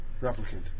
replicant